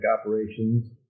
operations